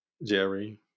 Jerry